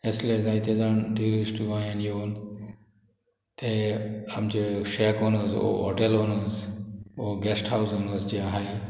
असले जायते जाण ट्युरिस्ट गोंयान येवन ते आमचे शेक ओनर्स वो हॉटेल ओनर्स वो गॅस्ट हावज ओनर्स जे आहाय